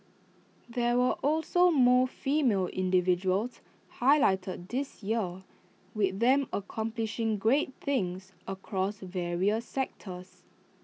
there were also more female individuals highlighted this year with them accomplishing great things across various sectors